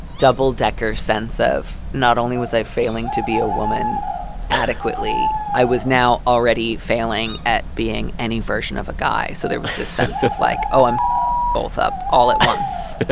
double-decker sense of not only was i failing to be a woman adequately, i was now already failing at being any version of a guy. so there was this sense of, like, i'm both up all at once